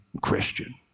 Christian